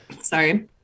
Sorry